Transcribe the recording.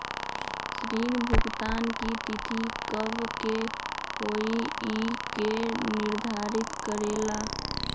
ऋण भुगतान की तिथि कव के होई इ के निर्धारित करेला?